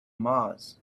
mars